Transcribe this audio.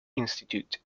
institute